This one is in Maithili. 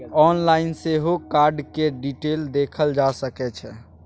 आनलाइन सेहो कार्डक डिटेल देखल जा सकै छै